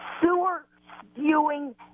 sewer-spewing